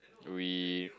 we